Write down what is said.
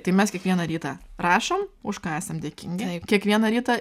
tai mes kiekvieną rytą rašom už ką esam dėkingi kiekvieną rytą